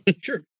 sure